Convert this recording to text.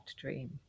dream